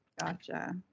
Gotcha